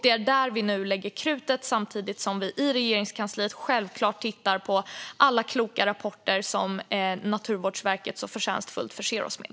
Det är där vi nu lägger krutet, samtidigt som vi i Regeringskansliet självklart tittar på alla kloka rapporter som Naturvårdsverket så förtjänstfullt förser oss med.